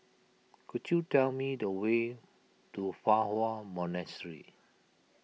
could you tell me the way to Fa Hua Monastery